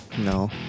No